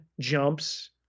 jumps